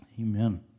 amen